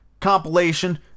compilation